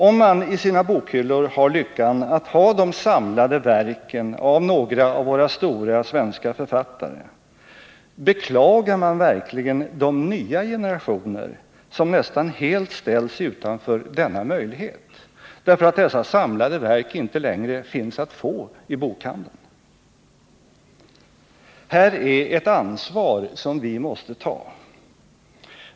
Om man i sina bokhyllor har lyckan att ha de samlade verken av några av våra stora svenska författare, beklagar man verkligen de nya generationer som nästan helt ställs utanför denna möjlighet — därför att dessa samlade verk inte längre finns att få i bokhandeln. Här är ett ansvar som vi måste ta.